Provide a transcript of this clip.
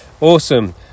Awesome